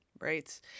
Right